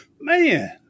man